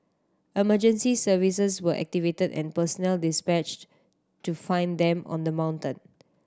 emergency services were activated and personnel dispatched to find them on the mountain